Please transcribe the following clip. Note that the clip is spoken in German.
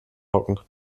hocken